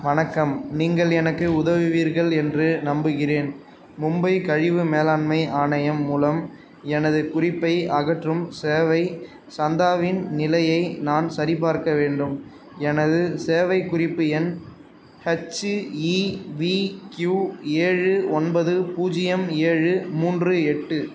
வணக்கம் நீங்கள் எனக்கு உதவுவீர்கள் என்று நம்புகிறேன் மும்பை கழிவு மேலாண்மை ஆணையம் மூலம் எனது குறிப்பை அகற்றும் சேவை சந்தாவின் நிலையை நான் சரிபார்க்க வேண்டும் எனது சேவை குறிப்பு எண் ஹெச்இவிக்யூ ஏழு ஒன்பது பூஜ்ஜியம் ஏழு மூன்று எட்டு